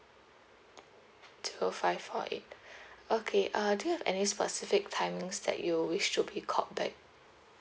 two five four eight okay uh do you have any specific timings that you wish to be called back